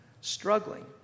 struggling